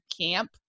camp